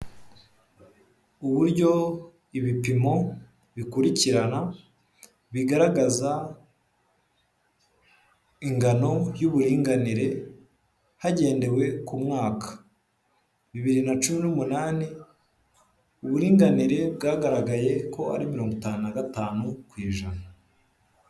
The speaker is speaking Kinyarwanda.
Uburyo ibipimo bikurikirana bigaragaza ingano y'uburinganire hagendewe ku mwaka, bibiri na cumi n'umunani uburinganire bwagaragaye ko ari mirongo itanu na gatanu ku ijana.